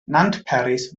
nantperis